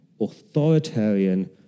authoritarian